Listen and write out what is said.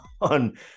on